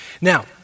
Now